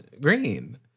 green